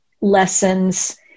lessons